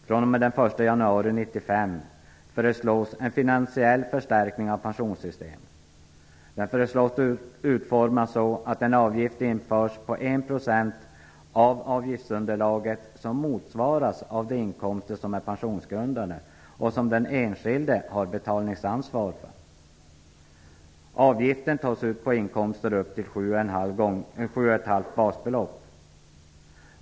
fr.o.m. den 1 januari 1995 föreslås en finansiell förstärkning av pensionssystemet. Den föreslås utformas så att en avgift införs på 1 % av avgiftsunderlaget, vilket motsvaras av de inkomster som är pensionsgrundande och som den enskilde har betalningsansvar för. Avgiften tas ut på inkomster upp till 7,5 basbelopp.